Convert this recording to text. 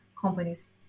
companies